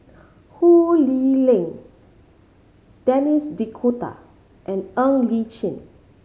Ho Lee Ling Denis D'Cotta and Ng Li Chin